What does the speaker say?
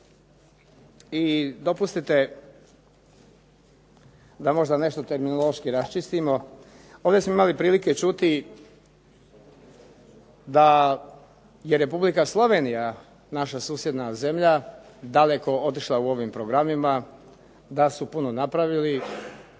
Dopustite da možda nešto terminološki raščistimo. Ovdje smo imali prilike čuti da je Republika Slovenija, naša susjedna zemlja, daleko otišla u ovim programima, da su puno napravili